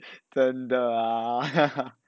真的啊